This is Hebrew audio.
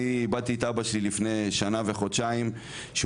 אני איבדתי את אבא שלי לפני שנה וחודשיים שהוא